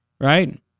Right